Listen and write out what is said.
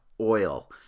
oil